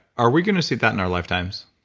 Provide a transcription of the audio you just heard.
are we going to see that in our lifetimes?